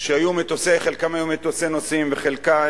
שחלקם היו מטוסי נוסעים וחלקם